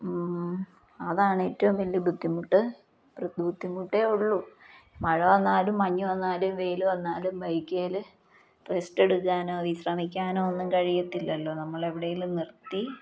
അതാണ് ഏറ്റവും വലിയ ബുദ്ധിമുട്ട് ബുദ്ധിമുട്ടേ ഉള്ളൂ മഴ വന്നാലും മഞ്ഞ് വന്നാലും വെയിൽ വന്നാലും ബൈക്കേൽ റെസ്റ്റ് എടുക്കാനോ വിശ്രമിക്കാനോ ഒന്നും കഴിയത്തില്ലല്ലോ നമ്മളെവിടെയെങ്കിലും നിർത്തി